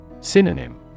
Synonym